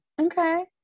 Okay